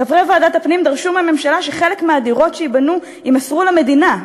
חברי ועדת הפנים דרשו מהממשלה שחלק מהדירות שייבנו יימסרו למדינה,